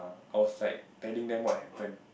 I was like telling them what happened